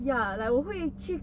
ya like 我会去